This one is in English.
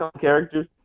characters